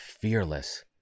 Fearless